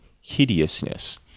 hideousness